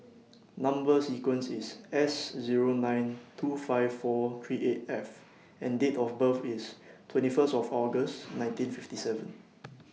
Number sequence IS S Zero nine two five four three eight F and Date of birth IS twenty First of August nineteen fifty seven